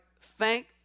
thank